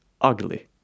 ugly